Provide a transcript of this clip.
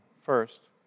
First